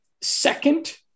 second